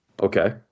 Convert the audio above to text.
Okay